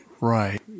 Right